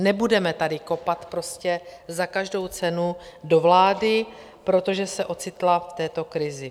Nebudeme tady kopat za každou cenu do vlády, protože se ocitla v této krizi.